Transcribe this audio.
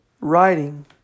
writing